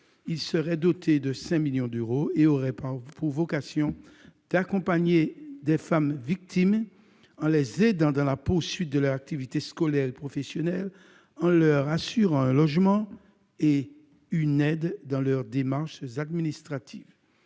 Il serait doté de 5 millions d'euros et aurait pour vocation d'accompagner les femmes victimes en les aidant dans la poursuite de leurs activités scolaires, professionnelles, en leur assurant un logement et une aide pour leurs démarches administratives.